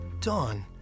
Dawn